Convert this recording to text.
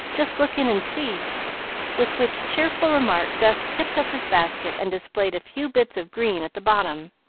just look in and see with which cheerful remark gus tipped up his basket and displayed a few bits of green at the bottom.